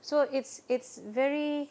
so it's it's very